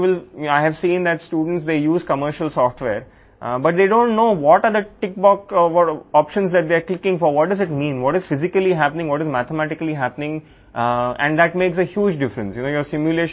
విద్యార్థులు వాణిజ్య సాఫ్ట్వేర్ని ఉపయోగిస్తారని మనం చాలాసార్లు చూశాము కానీ వారు క్లిక్ చేస్తున్న ఆప్షన్లపై టిక్ బాక్స్ ఏమిటో దాని అర్థం ఏమిటి శారీరకంగా ఏమి జరుగుతుందో గణితశాస్త్రంలో ఏమి జరుగుతుందో వారికి తెలియదు